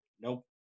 Nope